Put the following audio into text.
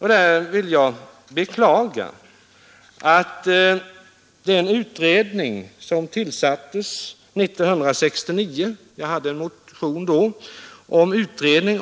Här vill jag beklaga att den utredning, som tillsattes 1969, ännu inte lagt fram något förslag.